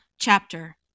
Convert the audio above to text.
chapter